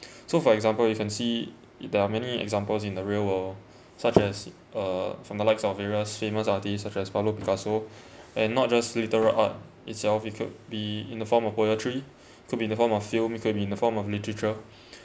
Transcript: so for example you can see there are many examples in the real world such as uh from the likes of various famous artists such as pablo picasso and not just literal art itself it could be in the form of poetry could be the form film could be in the form of literature